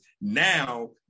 now